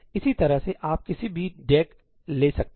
इसी तरह से आप किसी भी डेग ले सकते हैं